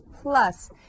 plus